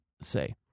say